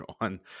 on